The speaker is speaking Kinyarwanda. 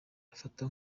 afata